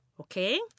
Okay